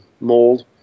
mold